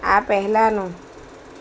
આ પહેલાંનું